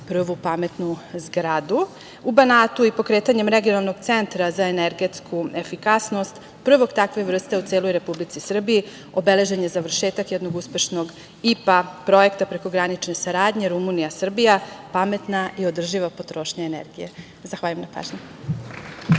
prvu „pametnu zgradu“ u Banatu. Pokretanjem regionalnog centra za energetsku efikasnost prvog takve vrste u celoj Republici Srbiji obeležen je završetak jednog uspešnog IPA projekta prekogranične saradnje Rumunija – Srbija – „Pametna i održiva potrošnja energije“.Zahvaljujem na pažnji.